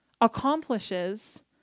accomplishes